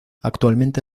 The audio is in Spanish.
actualmente